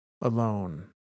alone